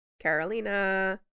Carolina